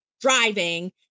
driving